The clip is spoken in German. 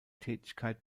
tätigkeit